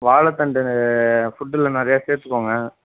வாழைத்தண்டு ஃபுட்டில் நிறையா சேர்த்துக்கோங்க